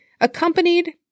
accompanied